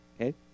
Okay